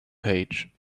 page